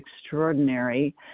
extraordinary